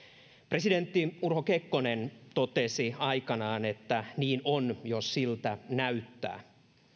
presidentti urho kekkonen totesi aikanaan että niin on jos siltä näyttää